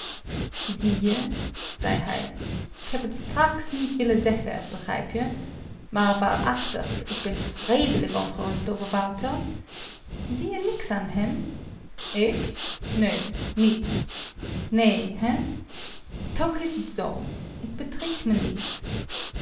zie je zei hij k heb t straks niet willen zeggen begrijp je maar waarachtig ik ben vreeselijk ongerust over wouter zie je niks aan hem ik nee niets nee hè tch is t zoo ik bedrieg me niet